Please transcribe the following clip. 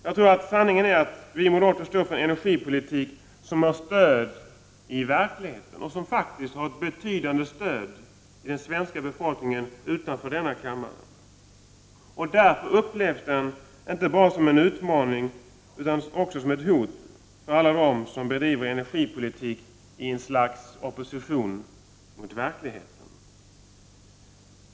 Jag tror att sanningen är den att vi moderater står för en energipolitik som har stöd i verkligheten och som faktiskt har ett betydande stöd utanför denna kammare hos den svenska befolkningen. Därför upplevs den inte bara som en utmaning utan också som ett hot när det gäller alla dem som bedriver energipolitik i ett slags opposition mot verkligheten.